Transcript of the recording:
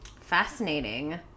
Fascinating